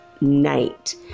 night